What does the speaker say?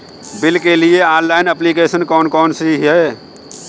Bill के लिए online application कौन कौन सी हैं?